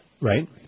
Right